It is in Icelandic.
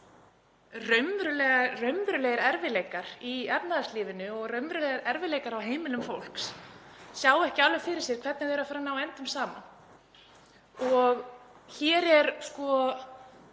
raunverulegir erfiðleikar í efnahagslífinu og raunverulegir erfiðleikar á heimilum fólks og það sér ekki alveg fyrir sér hvernig það er að fara að ná endum saman. Hér er